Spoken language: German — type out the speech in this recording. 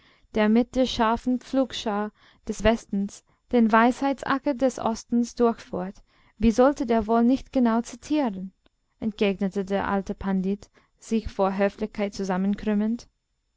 der mit der scharfen pflugschar des westens den weisheitsacker des ostens durchfurcht wie sollte der wohl nicht genau zitieren entgegnete der alte pandit sich vor höflichkeit zusammenkrümmend